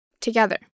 together